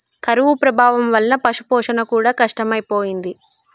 కరువు ప్రభావం వలన పశుపోషణ కూడా కష్టమైపోయింది